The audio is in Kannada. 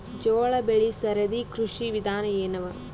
ಜೋಳ ಬೆಳಿ ಸರದಿ ಕೃಷಿ ವಿಧಾನ ಎನವ?